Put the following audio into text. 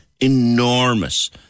enormous